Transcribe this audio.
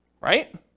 Right